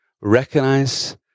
Recognize